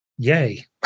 Yay